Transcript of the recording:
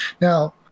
Now